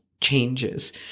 changes